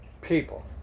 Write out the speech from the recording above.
people